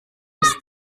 ist